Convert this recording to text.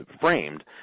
framed